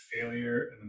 failure